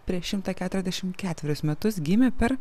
prieš šimtą keturiasdešimt ketverius metus gimė per